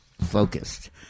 focused